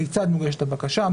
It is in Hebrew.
כיצד מוגשת הבקשה,